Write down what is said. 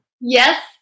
Yes